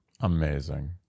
Amazing